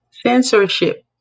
Censorship